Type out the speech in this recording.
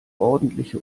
ordentliche